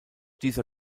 dieser